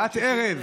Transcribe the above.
בשעת ערב,